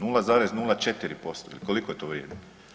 0,04% ili koliko to vrijedi.